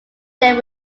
there